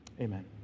amen